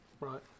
Right